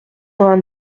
vingt